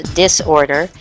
disorder